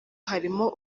harimo